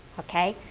okay.